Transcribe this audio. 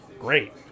great